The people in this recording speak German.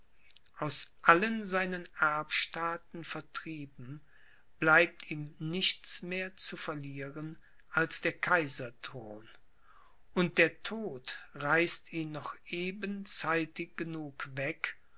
aus allen seinen erbstaaten vertrieben bleibt ihm nichts mehr zu verlieren als der kaiserthron und der tod reißt ihn noch eben zeitig genug weg